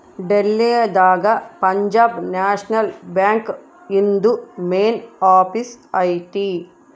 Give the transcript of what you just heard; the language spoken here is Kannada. ಡೆಲ್ಲಿ ದಾಗ ಪಂಜಾಬ್ ನ್ಯಾಷನಲ್ ಬ್ಯಾಂಕ್ ಇಂದು ಮೇನ್ ಆಫೀಸ್ ಐತಿ